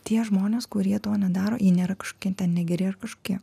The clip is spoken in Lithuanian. tie žmonės kurie to nedaro jie nėra kažkokie ten negeri ar kažkokie